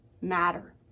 matter